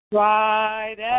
right